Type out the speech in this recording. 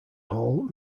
hall